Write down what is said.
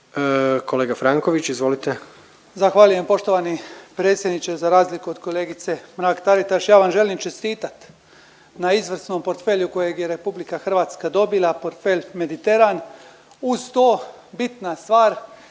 **Franković, Mato (HDZ)** Zahvaljujem poštovani predsjedniče. Za razliku od kolegice Mrak-Taritaš, ja vam želim čestitat na izvrsnom portfelju kojeg je RH dobila, portfelj Mediteran. Uz to, bitna stvar